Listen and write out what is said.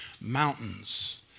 mountains